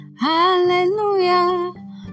Hallelujah